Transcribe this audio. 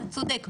אתה צודק,